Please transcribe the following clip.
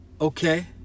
Okay